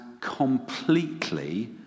completely